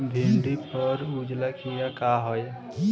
भिंडी पर उजला कीड़ा का है?